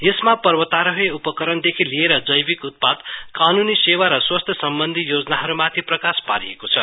यसमा पर्वतारोही उपकरणदेखि लिएर जैविक उत्पादकानूनी सेवा केन्द्र र स्वास्वथ्य सम्बन्धि योजनाहरु माथि प्रकाश पारिएको छ